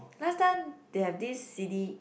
last time they have this C_D